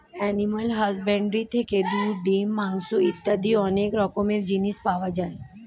animal husbandry থেকে দুধ, ডিম, মাংস ইত্যাদি অনেক রকমের জিনিস পাওয়া যায়